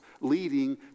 leading